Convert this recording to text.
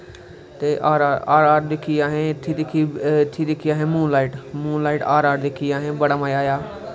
ते आर आर दिक्खी असैं इत्थें दिक्खी मून लाईट आर आर दिक्खी असैं बड़ा मज़ा आया